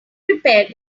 repaired